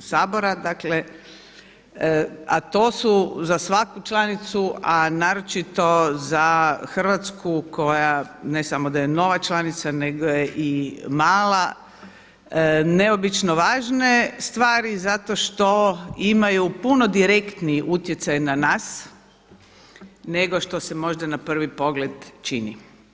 Sabora, dakle a to su za svaku članicu a naročito za Hrvatsku koja ne samo da je nova članica nego je i mala, neobično važne stvari zato što imaju puno direktniji utjecaj na nas nego što se možda na prvi pogled čini.